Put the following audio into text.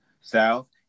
south